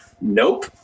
Nope